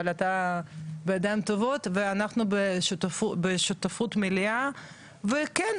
אבל אתה בידיים טובות ואנחנו בשותפות מלאה וכן,